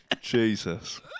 Jesus